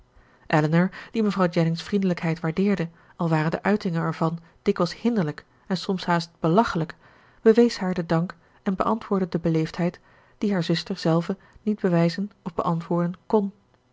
die mevrouw jennings vriendelijkheid waardeerde al waren de uitingen er van dikwijls hinderlijk en soms haast belachelijk bewees haar den dank en beantwoordde de beleefdheid die haar zuster zelve niet bewijzen of beantwoorden kon